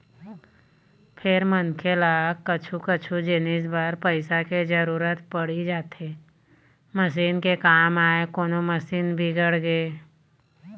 फेर मनखे ल कछु कछु जिनिस बर पइसा के जरुरत पड़ी जाथे मसीन के काम आय कोनो मशीन बिगड़गे